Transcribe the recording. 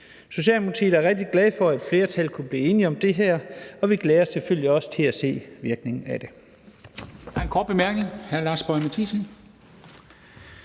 Socialdemokratiet er rigtig glad for, at et flertal kunne blive enige om det her, og vi glæder os selvfølgelig også til at se virkningen af det.